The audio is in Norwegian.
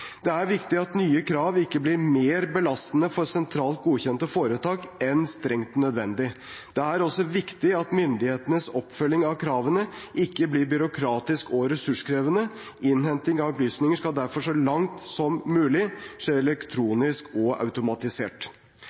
Det er viktig at nye krav ikke blir mer belastende for sentralt godkjente foretak enn strengt nødvendig. Det er også viktig at myndighetenes oppfølging av kravene ikke blir byråkratisk og ressurskrevende. Innhenting av opplysninger skal derfor så langt som mulig skje elektronisk og automatisert.